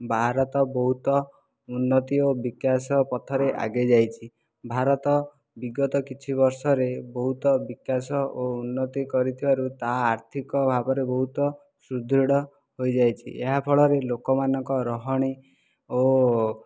ଭାରତ ବହୁତ ଉନ୍ନତି ଓ ବିକାଶ ପଥରେ ଆଗେଇ ଯାଇଛି ଭାରତ ବିଗତ କିଛି ବର୍ଷରେ ବହୁତ ବିକାଶ ଓ ଉନ୍ନତି କରିଥିବାରୁ ତାହା ଆର୍ଥିକ ଭାବରେ ବହୁତ ସୁଦୃଢ଼ ହୋଇଯାଇଛି ଏହା ଫଳରେ ଲୋକମାନଙ୍କ ରହଣି ଓ